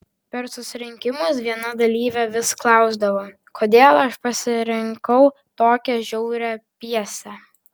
per susirinkimus viena dalyvė vis klausdavo kodėl aš pasirinkau tokią žiaurią pjesę